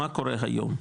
מה קורה היום?